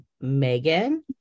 Megan